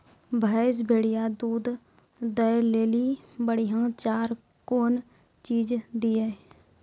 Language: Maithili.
भैंस बढ़िया दूध दऽ ले ली बढ़िया चार कौन चीज दिए?